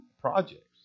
projects